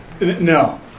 no